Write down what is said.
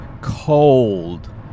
cold